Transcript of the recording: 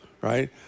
Right